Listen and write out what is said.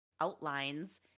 outlines